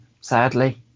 Sadly